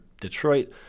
Detroit